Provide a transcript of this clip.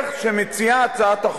כנסת נכבדה,